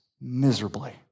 miserably